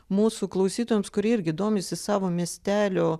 mūsų klausytojams kurie irgi domisi savo miestelių